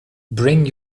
bring